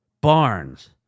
Barnes